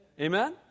Amen